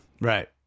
Right